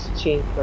change